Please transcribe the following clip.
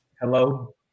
Hello